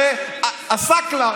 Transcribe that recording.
הרי עסאקלה,